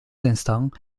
instants